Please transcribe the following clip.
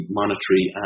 monetary